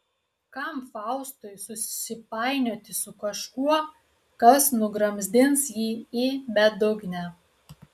kam faustui susipainioti su kažkuo kas nugramzdins jį į bedugnę